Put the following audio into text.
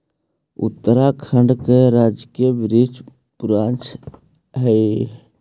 उत्तराखंड का राजकीय वृक्ष बुरांश हई